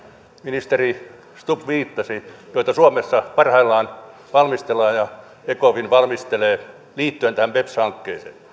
ministeri stubb viittasi ja joita suomessa parhaillaan valmistellaan ja joita ecofin valmistelee liittyen tähän beps hankkeeseen